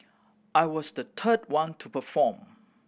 I was the third one to perform